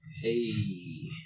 Hey